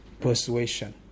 persuasion